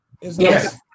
Yes